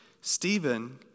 Stephen